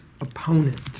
opponent